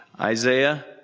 Isaiah